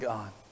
God